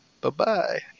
Bye-bye